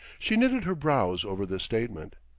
she knitted her brows over this statement.